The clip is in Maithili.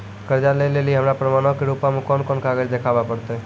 कर्जा लै लेली हमरा प्रमाणो के रूपो मे कोन कोन कागज देखाबै पड़तै?